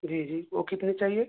جی جی وہ کتنے چاہیے